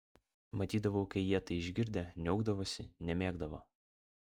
matydavau kai jie tai išgirdę niaukdavosi nemėgdavo